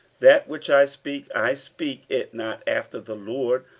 that which i speak, i speak it not after the lord,